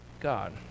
God